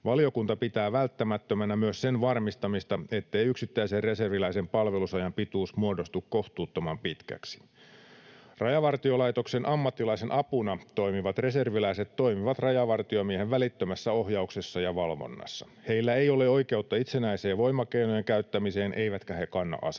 Valiokunta pitää välttämättömänä myös sen varmistamista, ettei yksittäisen reserviläisen palvelusajan pituus muodostu kohtuuttoman pitkäksi. Rajavartiolaitoksen ammattilaisen apuna toimivat reserviläiset toimivat rajavartiomiehen välittömässä ohjauksessa ja valvonnassa. Heillä ei ole oikeutta itsenäiseen voimakeinojen käyttämiseen, eivätkä he kanna asetta.